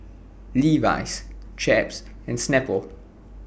Levi's Chaps and Snapple